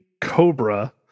Cobra